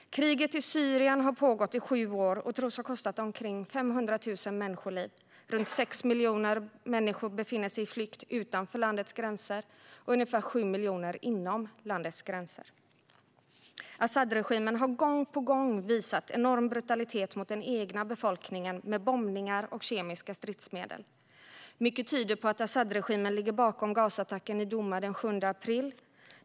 Kriget i Syrien har pågått i sju år och tros ha kostat omkring 500 000 människoliv. Runt 6 miljoner människor befinner sig på flykt utanför landets gränser och ungefär 7 miljoner inom landets gränser. Asadregimen har gång på gång visat enorm brutalitet mot den egna befolkningen med bombningar och kemiska stridsmedel. Mycket tyder på att Asadregimen ligger bakom gasattacken i Douma den 7 april.